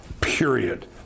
Period